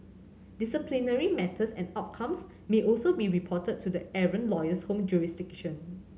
disciplinary matters and outcomes may also be reported to the errant lawyer's home jurisdiction